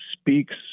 speaks